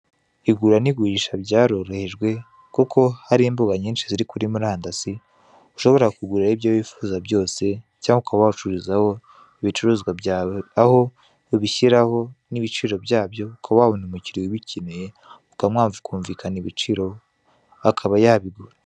Igura n'igurisha ryarorohejwe kuko hari imbuga nyinshi ziro kuri murandasi ushobora kuguraho ibyo wifuza byose cyangwa ukaba wacuruzaho ibicuruzwa byawe, aho ubishyiraho n'ibiciro byabyo ukaba wabona umukiriya ubikeneye mukaba mwakumvikana ibiciro akaba yabigura.